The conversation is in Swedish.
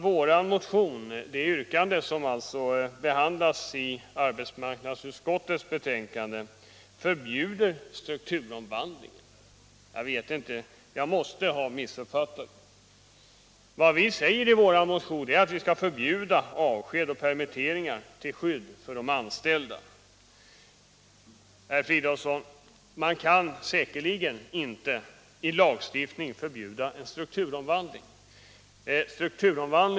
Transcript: Han sade att det yrkande i vår motion turomvandling. Vad vi säger i vår motion är att vi skall förbjuda av Man kan säkerligen inte i lagstiftning förbjuda en strukturomvandling.